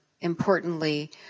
importantly